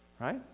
Right